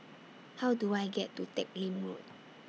How Do I get to Teck Lim Road